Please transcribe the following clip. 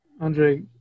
Andre